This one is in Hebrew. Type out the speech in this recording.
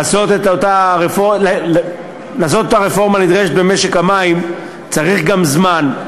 לעשות את הרפורמה הנדרשת במשק המים צריך גם זמן.